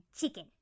chicken